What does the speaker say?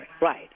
Right